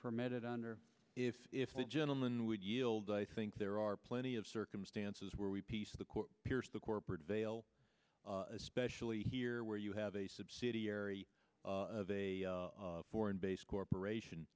permitted under if if the gentleman would yield i think there are plenty of circumstances where we piece the court pierce the corporate veil especially here where you have a subsidiary of a foreign based corporation